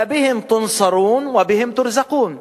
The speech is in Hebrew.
פַבִּהִם תֻּנְצַרוּן וַבִּהִם תֻּרְזַקוּן,